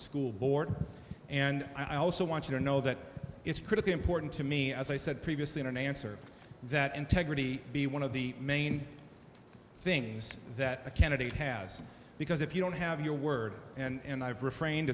school board and i also want you to know that it's critically important to me as i said previously in an answer that integrity be one of the main things that a candidate has because if you don't have your words and i have refrained